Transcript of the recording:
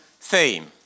theme